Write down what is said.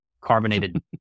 carbonated